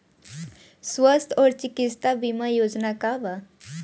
स्वस्थ और चिकित्सा बीमा योजना का बा?